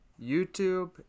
youtube